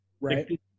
Right